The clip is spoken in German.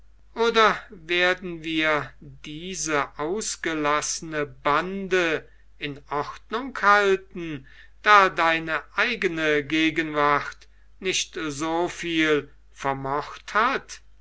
oder werden wir diese ausgelassene bande in ordnung halten da deine eigene gegenwart nicht so viel vermocht hat